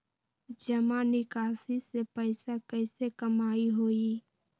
जमा निकासी से पैसा कईसे कमाई होई?